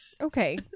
Okay